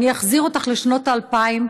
אני אחזיר אותך לשנות ה-2000.